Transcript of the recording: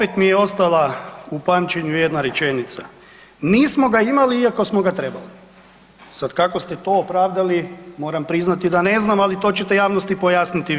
Opet mi je ostala u pamćenju jedna rečenica, nismo ga imali iako smo ga trebali, sad kako ste to opravdali moram priznati da ne znam, ali to ćete javnosti pojasniti vi.